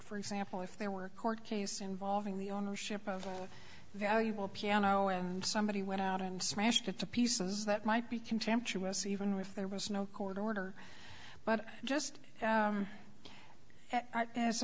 for example if there were a court case involving the ownership of a valuable piano and somebody went out and smashed it to pieces that might be contemptuous even with there was no court order but just as a